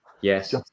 yes